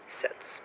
sets